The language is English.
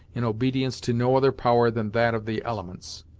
in obedience to no other power than that of the elements.